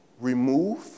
remove